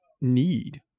need